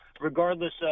regardless